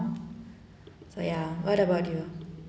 so ya what about you